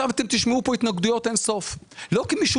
תשמעו כאן אין סוף התנגדויות לא כי מישהו